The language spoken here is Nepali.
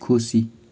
खुसी